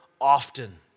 often